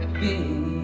be